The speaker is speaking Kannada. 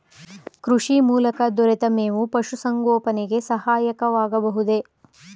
ಕೃಷಿ ಮೂಲಕ ದೊರೆತ ಮೇವು ಪಶುಸಂಗೋಪನೆಗೆ ಸಹಕಾರಿಯಾಗಬಹುದೇ?